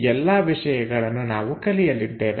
ಈ ಎಲ್ಲಾ ವಿಷಯಗಳನ್ನು ನಾವು ಕಲಿಯಲ್ಲಿದ್ದೇವೆ